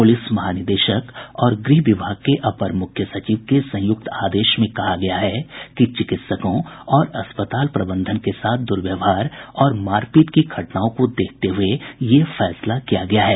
police महानिदेशक और गृह विभाग के अपर मुख्य सचिव के संयुक्त आदेश में कहा गया है कि चिकित्सकों और अस्पताल प्रबंधन के साथ दुर्व्यवहार और मारपीट की घटनाओं को देखते हुए यह फैसला किया गया है